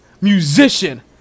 musician